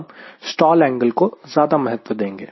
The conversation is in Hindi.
हम स्टॉल एंगल को ज्यादा महत्व देंगे